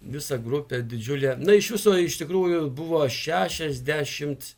visą grupę didžiulę na iš viso iš tikrųjų buvo šešiasdešimt